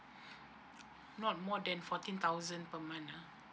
not more than fourteen thousand per month ah